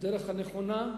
בדרך הנכונה,